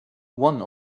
one